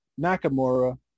Nakamura